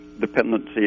dependency